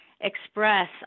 express